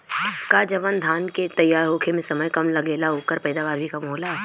का जवन धान के तैयार होखे में समय कम लागेला ओकर पैदवार भी कम होला?